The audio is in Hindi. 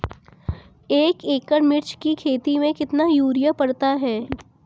एक एकड़ मिर्च की खेती में कितना यूरिया पड़ता है?